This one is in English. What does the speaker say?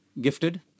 Gifted